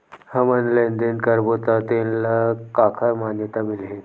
हमन लेन देन करबो त तेन ल काखर मान्यता मिलही?